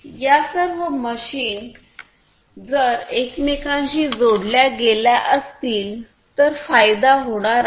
तर या सर्व मशीन जर सर्व एकमेकांशी जोडल्या गेल्या असतील तर फायदा होणार आहे